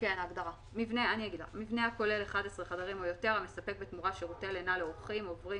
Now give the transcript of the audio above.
"מבנה הכולל 11 חדרים או יותר המספק בתמורה שירותי לינה לאורחים עוברים